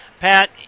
Pat